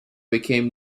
became